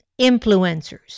Influencers